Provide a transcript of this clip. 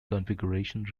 configuration